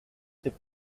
ces